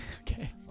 Okay